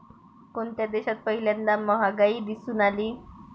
कोणत्या देशात पहिल्यांदा महागाई दिसून आली?